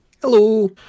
Hello